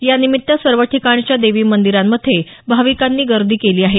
यानिमित्त सर्व ठिकाणच्या देवी मंदिरांमध्ये भाविकांनी गर्दी केली आहे